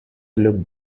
look